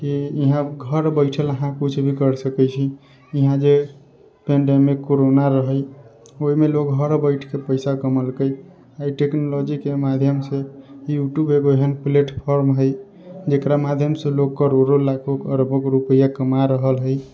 कि इहाँ घर बैठल अहाँ कुछ भी कर सकै छी इहाँ जे पेंडेमिक कोरोना रहै ओहिमे लोग घर बैठ के पैसा कमेलकै एहि टेक्नोलॉजी के माध्यम से यूट्यूब एगो एहेन प्लेटफार्म हय जेकरा माध्यम सऽ लोग करोड़ो लाखो अरबो कऽ रुपैआ कमा रहल हय